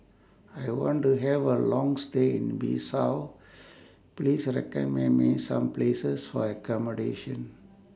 I want to Have A Long stay in Bissau Please recommend Me Some Places For accommodation